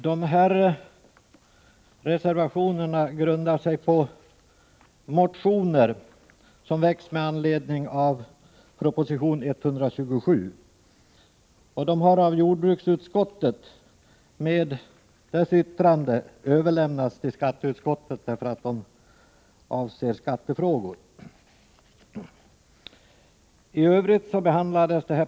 Dessa reservationer grundar sig på motioner som väckts med anledning av proposition 127, och de har av jordbruksutskottet med dess yttrande överlämnats till skatteutskottet, eftersom de avser skattefrågor.